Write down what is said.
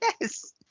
yes